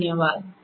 धन्यवाद